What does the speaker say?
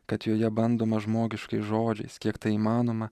kad joje bandoma žmogiškais žodžiais kiek tai įmanoma